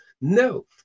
No